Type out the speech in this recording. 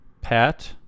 Pat